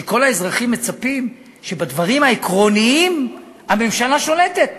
שכל האזרחים מצפים שבדברים העקרוניים הממשלה שולטת.